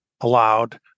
allowed